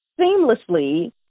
seamlessly